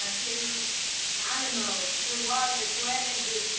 um to animals, to water, to energy,